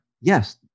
Yes